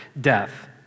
death